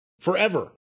Forever